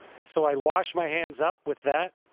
and so i wash my hands up with that